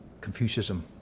Confucianism